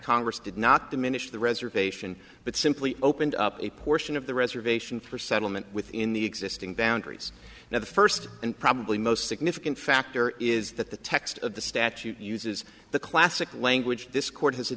congress did not diminish the reservation but simply opened up a portion of the reservation for settlement within the existing boundaries now the first and probably most significant factor is that the text of the statute uses the classic language this court has a